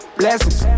blessings